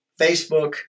Facebook